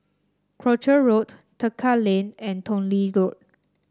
Croucher Road Tekka Lane and Tong Lee Road